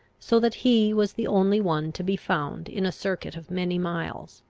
so that he was the only one to be found in a circuit of many miles.